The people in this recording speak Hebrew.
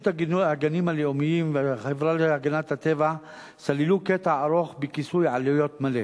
הגנים הלאומיים והחברה להגנת הטבע סללו קטע ארוך בכיסוי עלויות מלא.